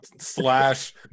Slash